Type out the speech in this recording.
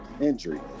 injury